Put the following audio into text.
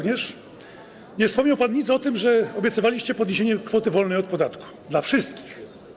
Nie wspomniał pan nic o tym, że obiecywaliście podniesienie kwoty wolnej od podatku - dla wszystkich.